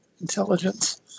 intelligence